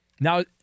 Now